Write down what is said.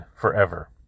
forever